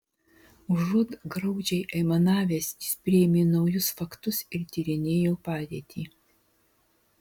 užuot graudžiai aimanavęs jis priėmė naujus faktus ir tyrinėjo padėtį